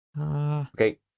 Okay